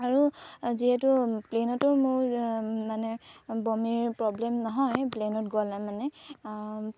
আৰু যিহেতু প্লেইনতো মোৰ মানে বমিৰ প্ৰব্লেম নহয় প্লেইনত গ'লে মানে